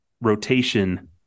rotation